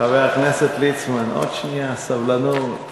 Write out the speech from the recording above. חבר הכנסת ליצמן, עוד שנייה, סבלנות.